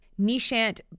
Nishant